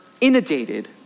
inundated